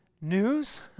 news